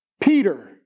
Peter